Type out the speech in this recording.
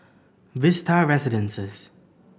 Vista Residences